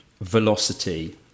velocity